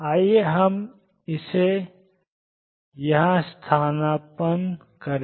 आइए हम इसे यहां स्थानापन्न करें